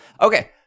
Okay